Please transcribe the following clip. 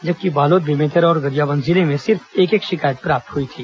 जबकि बालोद बेमेतरा और गरियाबंद जिले में सिर्फ एक एक शिकायत प्राप्त हुई थी